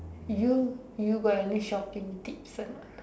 you you got any shopping tips or not